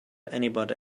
anybody